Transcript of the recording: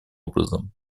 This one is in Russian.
образом